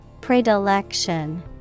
Predilection